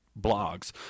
blogs